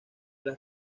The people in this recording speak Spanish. las